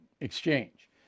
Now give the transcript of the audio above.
exchange